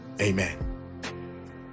Amen